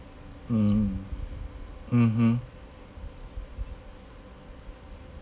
mm mmhmm